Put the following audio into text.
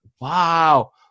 wow